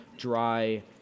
dry